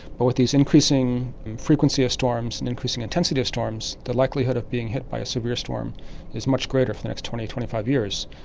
but with the increasing frequency of storms and increasing intensity of storms, the likelihood of being hit by a severe storm is much greater for the next twenty, twenty five years,